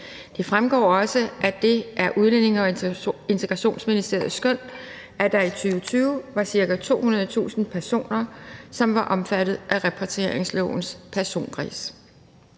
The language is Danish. Det fremgår også, at det er Udlændinge- og Integrationsministeriets skøn, at der i 2020 var ca. 200.000 personer, som var omfattet af repatrieringslovens personkreds.